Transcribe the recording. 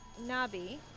Nabi